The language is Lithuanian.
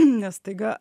nes staiga